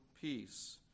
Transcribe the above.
peace